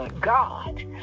God